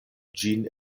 ĝin